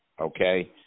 okay